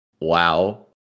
Wow